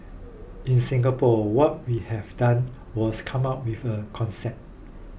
in Singapore what we have done was come up with a concept